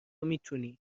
میتونی